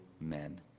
men